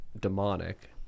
demonic